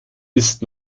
ist